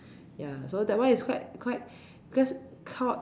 ya so that one is quite quite cause